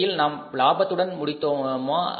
இறுதியில் நாம் லாபத்துடன் முடித்தோமா